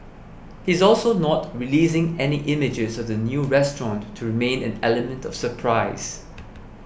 he's also not releasing any images of the new restaurant to remained an element of surprise